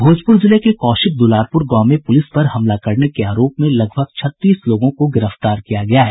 भोजपुर जिले के कौशिक दुलारपुर गांव में पुलिस पर हमला करने के आरोप में लगभग छत्तीस लोगों को गिरफ्तार किया गया है